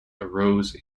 arose